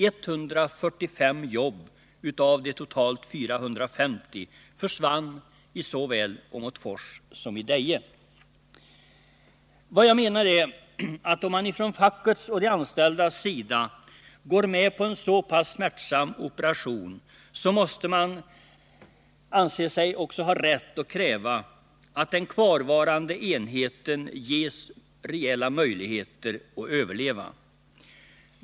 145 jobb av de totalt 450 försvann i såväl Åmotfors som Deje. Vad jag menar är att om man från fackets och de anställdas sida går med på en så pass smärtsam operation, så måste man också ha rätt att kräva att den kvarvarande enheten ges reella möjligheter att överleva.